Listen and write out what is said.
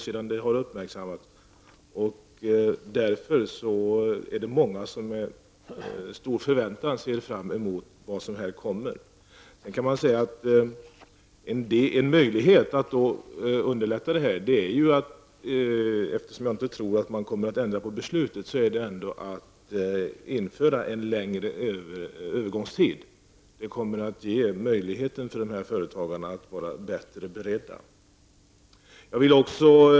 Sedan frågan uppmärksammats har jag fått många samtal. Det är många som med stor förväntan ser fram mot vad som skall komma. Jag tror inte att man kommer att ändra på beslutet, men jag tror att det vore bra, om man kunde bestämma sig för en längre övergångstid. Då skulle företagarna kunna vara bättre förberedda.